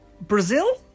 Brazil